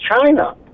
China